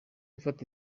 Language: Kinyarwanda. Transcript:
mfata